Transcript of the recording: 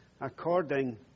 according